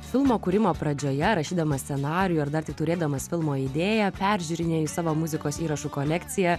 filmo kūrimo pradžioje rašydamas scenarijų ar dar tik turėdamas filmo idėją peržiūrinėju savo muzikos įrašų kolekciją